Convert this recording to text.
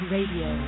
Radio